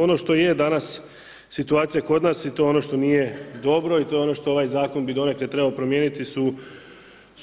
Ono što je danas, situacija kod nas, ono što nije dobro i to ono što ovaj zakon bi donekle trebao promijeniti su